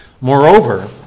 Moreover